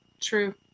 True